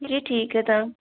एह् ठीक ऐ तां